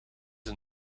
een